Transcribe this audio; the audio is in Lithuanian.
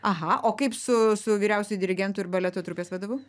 aha o kaip su su vyriausiuoju dirigentu ir baleto trupės vadovu